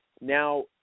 now